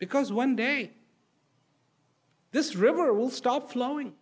because one day this river will stop flowing